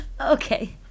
Okay